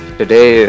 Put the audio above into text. today